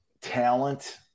talent –